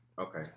Okay